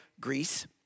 Greece